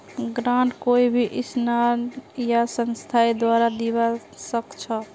grant कोई भी इंसानेर या संस्थार द्वारे दीबा स ख छ